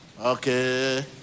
Okay